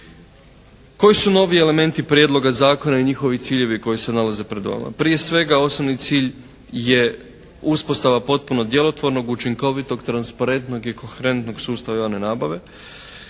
Koji su novi elementi Prijedloga zakona i njihovi ciljevi koji se nalaze pred vama? Prije svega osnovni cilj je uspostava potpunog djelotvornog, učinkovitog, transparentnog i koherentnog sustava javne nabave